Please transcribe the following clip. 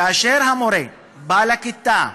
כאשר המורה בא לכיתה בהנאה,